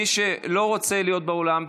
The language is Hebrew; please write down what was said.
מי שלא רוצה להיות באולם,